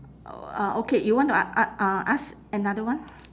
uh okay you want to a~ uh ask another one